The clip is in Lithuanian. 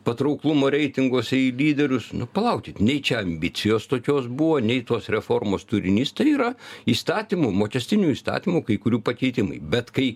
patrauklumo reitinguose į lyderius nu palaukit nei čia ambicijos tokios buvo nei tos reformos turinys tai yra įstatymų mokestinių įstatymų kai kurių pakeitimai bet kai